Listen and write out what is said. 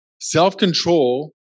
Self-control